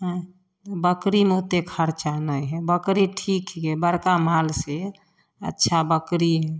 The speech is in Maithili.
आँय बकरीमे ओते खर्चा नहि हइ बकरी ठीक हइ बड़का माल से अच्छा बकरी हइ